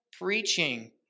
preaching